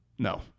No